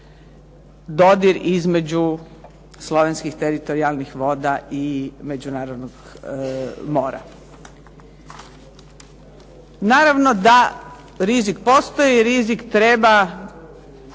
dodir između slovenskih teritorijalnih voda i međunarodnog mora. Naravno da rizik postoji. Rizik treba